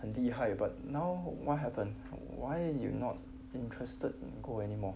很厉害 but now what happen why you not interested in gold anymore